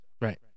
Right